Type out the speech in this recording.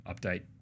Update